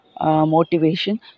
Motivation